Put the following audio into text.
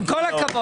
עם כל הכבוד,